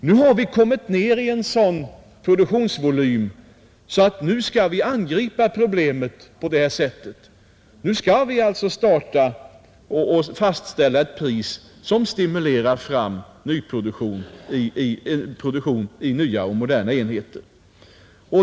Nu har vi kommit ned i en sådan produktionsvolym att man bör ha ett pris, som stimulerar fram produktion i nya och moderna enheter.